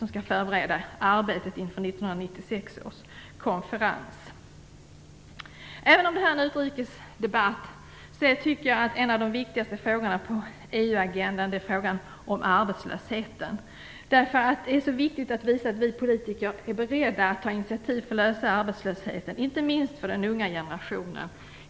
Den skall förbereda arbetet inför 1996 Även om detta är en utrikesdebatt tycker jag att en av de viktigaste frågorna på EU-agendan är frågan om arbetslösheten. Det är viktigt att visa att vi politiker är beredda att ta initiativ för att lösa arbetslösheten, inte minst för den unga generationen.